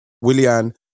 Willian